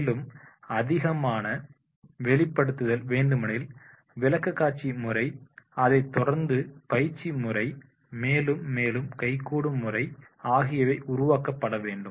மேலும் அதிகமான வெளிப்படுதல் வேண்டுமெனில் விளக்கக்காட்சி முறை அதைத் தொடர்ந்து பயிற்சி முறை மேலும் மேலும் கைக்கூடும் முறை ஆகியவை உருவாக்கப்பட வேண்டும்